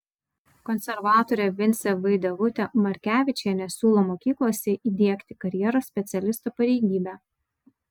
konservatorė vincė vaidevutė markevičienė siūlo mokyklose įdiegti karjeros specialisto pareigybę